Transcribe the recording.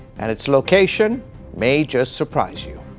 and it's location may just surprise you.